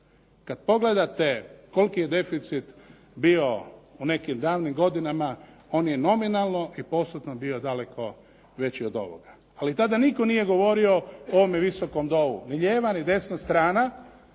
Kad pogledate koliki je deficit bio u nekim davnim godinama on je nominalno i postotno bio daleko veći od ovoga. Ali tada nitko nije govorio u ovome Visokom domu ni lijeva ni desna strana